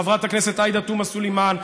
חברת הכנסת עאידה תומא סלימאן,